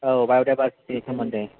औ बाय'दायबारसिथिनि सोमोन्दै